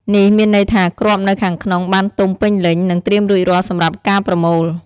នេះមានន័យថាគ្រាប់នៅខាងក្នុងបានទុំពេញលេញ និងត្រៀមរួចរាល់សម្រាប់ការប្រមូល។